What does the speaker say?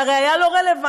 הרי זה היה לא רלוונטי.